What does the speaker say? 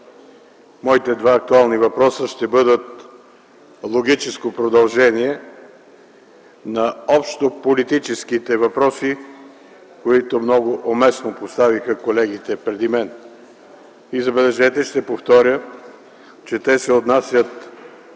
Моите два актуални въпроса ще бъдат логическо продължение на общополитическите въпроси, които много уместно поставиха колегите преди мен. И, забележете, ще повторя, че те се отнасят